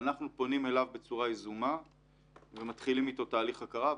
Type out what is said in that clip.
ואנחנו פונים אליו בצורה יזומה ומתחילים איתו תהליך הכרה,